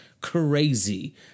crazy